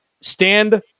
stand